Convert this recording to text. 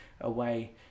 away